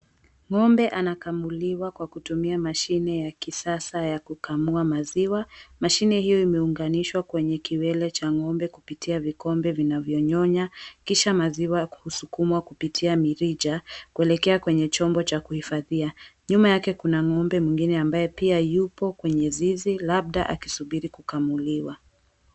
Ng'ombe anakamuliwa kwa kutumia mashine ya kisasa ya kukamua maziwa. Mashine hiyo imeunganishwa kwenye kiwele cha ng'ombe kupitia vikombe vinavyonyonya, kisha maziwa ya kusukumwa kupitia mirija kuelekea kwenye chombo cha kuhifadhia. Nyuma yake kuna ng'ombe mwingine ambaye pia yupo kwenye zizi, labda akisubiri kukamuliwa.